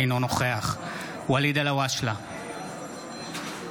אינו נוכח ואליד אלהואשלה,